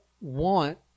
want